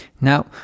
Now